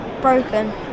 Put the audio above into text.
broken